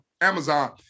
Amazon